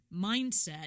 mindset